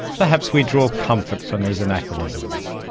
perhaps we draw comfort from these anachronisms.